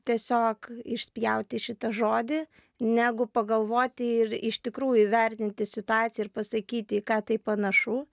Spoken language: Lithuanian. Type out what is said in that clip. tiesiog išspjauti šitą žodį negu pagalvoti ir iš tikrųjų įvertinti situaciją ir pasakyti į ką tai panašu